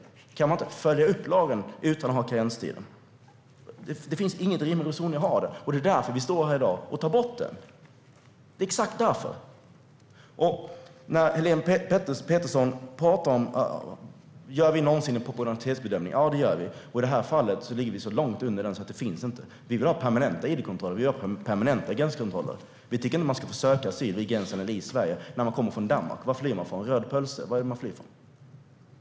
Kan man inte följa upp lagen utan den? Det finns ingen rim och reson i detta, och det är exakt därför vi står här i dag och tar bort karenstiden. Helene Petersson undrar om Sverigedemokraterna någonsin gör en proportionalitetsbedömning. Ja, det gör vi, och i det här fallet ligger vi så långt under den så det finns inte. Vi vill ha permanenta id-kontroller och permanenta gränskontroller. Vi tycker inte att man ska få söka asyl vid gränsen eller i Sverige när man kommer från Danmark. Vad flyr man ifrån - rød pølse? Eller vad är det man flyr ifrån?